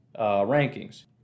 rankings